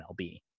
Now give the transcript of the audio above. MLB